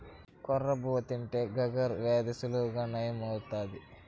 కొర్ర బువ్వ తింటే షుగర్ వ్యాధి సులువుగా నయం అవుతాది